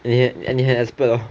eh 你很你很 expert loh